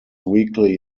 weekly